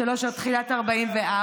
1943 עד תחילת 1944,